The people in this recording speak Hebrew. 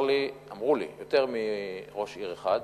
אמרו לי יותר מראש עיר אחד: